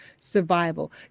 Survival